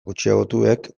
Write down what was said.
gutxiagotuak